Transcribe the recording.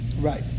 right